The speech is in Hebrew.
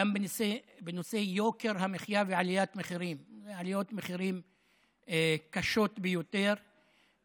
גם בנושא יוקר המחיה ועליות המחירים הקשות ביותר,